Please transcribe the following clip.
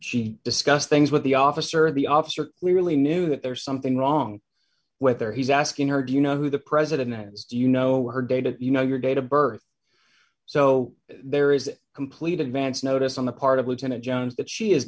she discussed things with the officer the officer clearly knew that there's something wrong whether he's asking her do you know who the president names you know her data you know your date of birth so there is complete advance notice on the part of lieutenant jones that she is